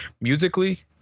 Musically